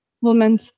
women